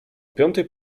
piątej